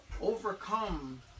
overcome